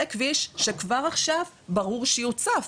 זה כביש שכבר עכשיו ברור שיוצף,